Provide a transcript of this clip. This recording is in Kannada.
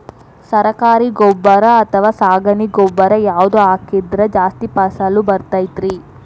ಸರಕಾರಿ ಗೊಬ್ಬರ ಅಥವಾ ಸಗಣಿ ಗೊಬ್ಬರ ಯಾವ್ದು ಹಾಕಿದ್ರ ಜಾಸ್ತಿ ಫಸಲು ಬರತೈತ್ರಿ?